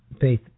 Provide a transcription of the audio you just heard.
Faith